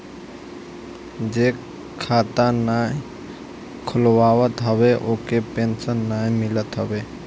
जे खाता नाइ खोलवावत हवे ओके पेंशन नाइ मिलत हवे